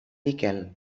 miquel